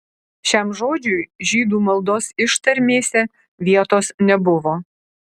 šiam žodžiui žydų maldos ištarmėse vietos nebuvo